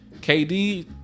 KD